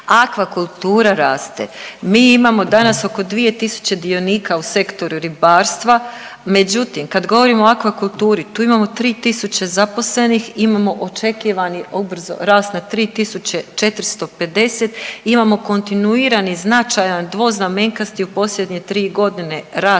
Akvakultura raste. Mi imamo danas oko 2.000 dionika u sektoru ribarstva, međutim kad govorimo o akvakulturi tu imamo 3.000 zaposlenih, imamo očekivani ubrzo rast na 3.450, imamo kontinuirani značajan dvoznamenkasti u posljednje 3 godine rast